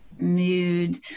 mood